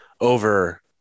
over